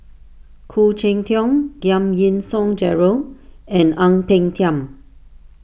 Khoo Cheng Tiong Giam Yean Song Gerald and Ang Peng Tiam